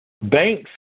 Banks